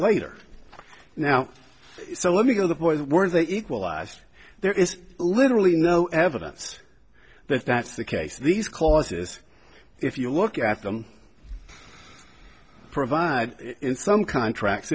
later now so let me go the boys were they equalised there is literally no evidence that that's the case these clauses if you look after them provide some contracts